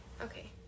Okay